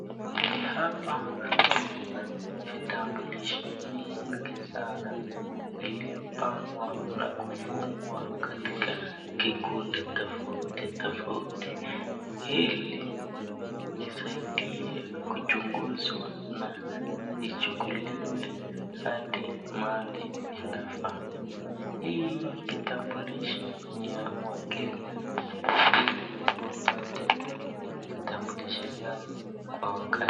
Hapa kuna vitambulisho mingi sana iliyopangwa na kufungwa katika kikundi tofauti tofauti ili isaidie kuchunguzwa na ichukuliwe hadi mahali inafaa. Hii kitambulisho ni ya wakenya ili wapate kitambulisho yao kwa.